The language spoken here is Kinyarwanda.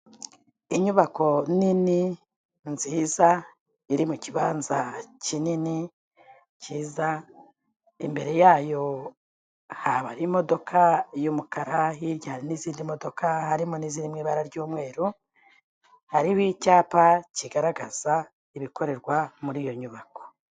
Inyubako nini nziza iri mu kibanza kinini kiza. Imbere yayo haba ari imodoka y'umukara. Hirya hari n'izindi modoka, harimo n'iziri mu ibara ry'umweru. Hariho icyapa kigaragaza ibikorerwa muri iyo nyubako.